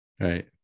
Right